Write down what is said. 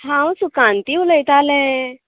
हांव सुकांती उलयतालें